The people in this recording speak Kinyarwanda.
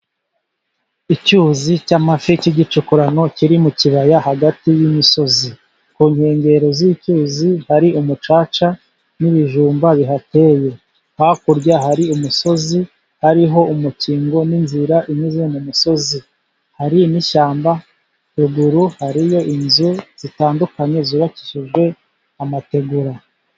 Icyuzi cy'amafi cy'igicukurano kiri mu kibaya hagati y'imisozi. Ku nkengero z'icyuzi, hari umucaca n'ibijumba bihateye. Hakurya hari umusozi, hariho umukingo n'inzira inyuze mu musozi, hari n'ishyamba. Ruguru hariyo inzu zitandukanye zubakishijwe amategura.